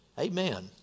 Amen